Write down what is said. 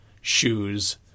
shoes